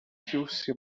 sentiu